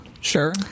Sure